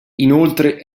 inoltre